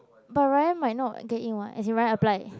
but Ryan might not get in [what] as in Ryan applied